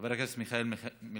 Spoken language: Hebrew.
חבר הכנסת מיכאל מלכיאלי,